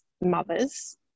mothers